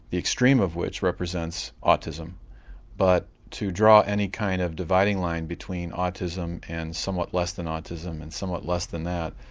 the extreme of which represents autism but to draw any kind of dividing line between autism and somewhat less than autism and somewhat less than that,